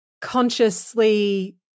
consciously